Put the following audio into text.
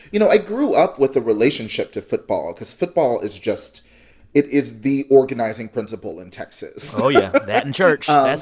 you know, i grew up with a relationship to football because football is just it is the organizing principle in texas oh, yeah. that and church. that's